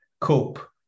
cope